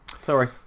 Sorry